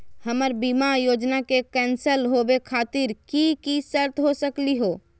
हमर बीमा योजना के कैन्सल होवे खातिर कि कि शर्त हो सकली हो?